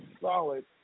solid